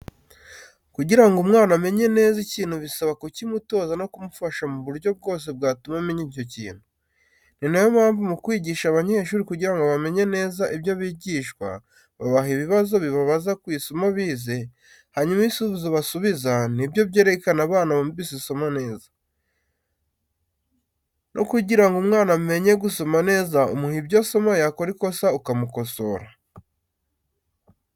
Kugira ngo umwana amenye neza ikintu bisaba kukimutoza no kumufasha mu buryo bwose bwatuma amenya icyo kintu. Ni nayo mpamvu mu kwigisha abanyeshuri kugira ngo bamenye neza ibyo bigishijwe babaha ibibazo bibabaza ku isomo bize, hanyuma ibisubizo basubiza nibyo byerekanako abana bumvise isomo neza. No kugira ngo umwana amenye gusoma neza umuha ibyo asoma yakora ikosa ukamukosora.